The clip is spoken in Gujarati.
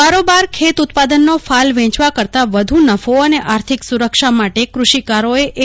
બારોબાર ખેત ઉત્દાનનો ફાલ વેચવા કરતાં વધુ નફો અને આર્થિક સુરક્ષા માટે કૃષિકારોએ એ